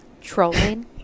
Trolling